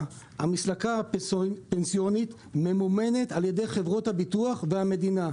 המסלקה הפנסיונית באירופה ממומנת על ידי חברות הביטוח והמדינה.